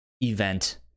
event